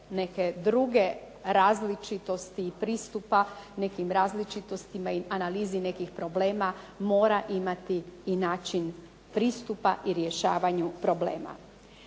neke druge različitosti i pristupa nekim različitostima i analizi nekih problema mora imati i način pristupa i rješavanju problema.